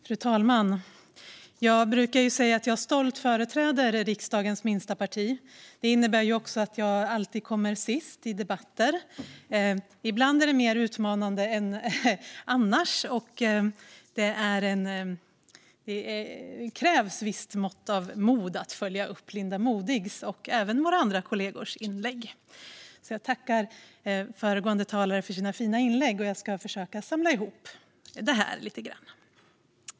Fru talman! Jag brukar säga att jag stolt företräder riksdagens minsta parti. Det innebär också att jag alltid kommer sist i debatter. Ibland är det mer utmanande än annars, och det krävs ett visst mått av mod att följa upp Linda Modigs och mina andra kollegors inlägg. Jag tackar föregående talare för deras fina inlägg och ska nu försöka samla ihop det här lite grann.